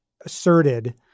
asserted